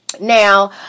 now